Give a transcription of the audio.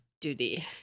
Duty